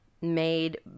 made